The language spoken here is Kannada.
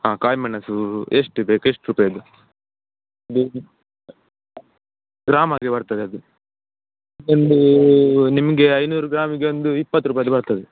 ಹಾಂ ಕಾಯಿ ಮೆಣಸು ಎಷ್ಟು ಬೇಕು ಎಷ್ಟು ರುಪಾಯಿದು ಗ್ರಾಮ್ ಹಾಗೆ ಬರ್ತದದು ನಿಮಗೆ ನಿಮಗೆ ಐನೂರು ಗ್ರಾಮಿಗೆ ಒಂದು ಇಪ್ಪತ್ತು ರುಪಾಯಿದು ಬರ್ತದೆ